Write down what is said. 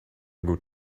good